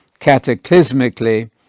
cataclysmically